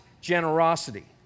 generosity